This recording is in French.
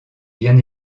bien